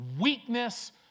weakness